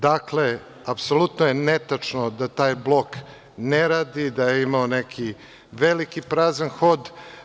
Dakle, apsolutno je netačno da taj blok ne radi, da je imao neki veliki prazan hod.